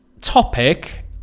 topic